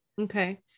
Okay